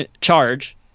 charge